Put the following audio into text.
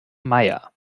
meier